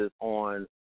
on